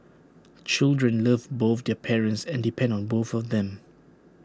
children love both their parents and depend on both of them